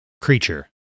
creature